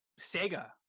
Sega